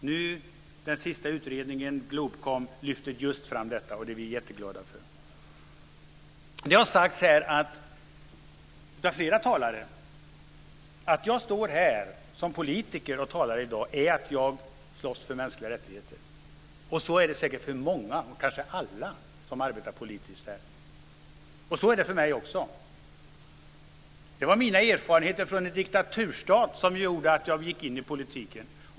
I den sista utredningen, Globkom, lyfts just detta fram. Det är vi mycket glada för. Flera talare har sagt att anledningen till att de står här och talar som politiker är att de slåss för mänskliga rättigheter. Så är det säkert för många, kanske alla som arbetar politiskt här. Så är det för mig också. Det var mina erfarenheter från en diktaturstat som gjorde att jag gick in i politiken.